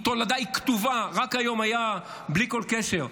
היא תולדה, היא כתובה, רק היום היה, בלי כל קשר,